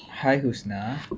hi husna